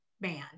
band